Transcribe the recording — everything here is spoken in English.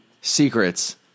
secrets